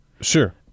Sure